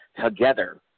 Together